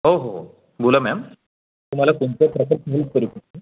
हो हो बोला मॅम तुम्हाला कोणत्या प्रकारची हेल्प करू शकतो